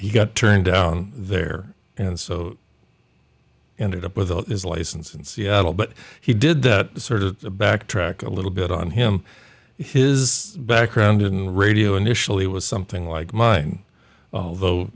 he got turned down there and so ended up with his license in seattle but he did that sort of backtrack a little bit on him his background in radio initially was something like mine though